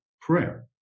prayer